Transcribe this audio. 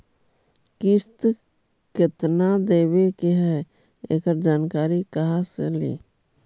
किस्त केत्ना देबे के है एकड़ जानकारी कहा से ली?